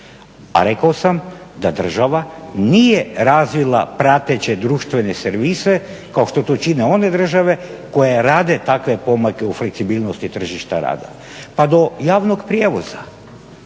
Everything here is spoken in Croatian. A rekao sam da država nije razvila prateće društvene servise kao što to čine one države koje rade takve pomake u fleksibilnosti tržišta rada pa do javnog prijevoza.